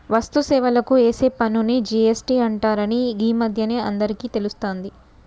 వస్తు సేవలకు ఏసే పన్నుని జి.ఎస్.టి అంటరని గీ మధ్యనే అందరికీ తెలుస్తాంది